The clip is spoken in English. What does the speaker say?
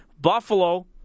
Buffalo